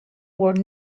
were